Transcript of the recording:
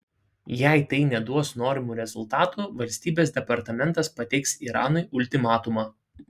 jei tai neduos norimų rezultatų valstybės departamentas pateiks iranui ultimatumą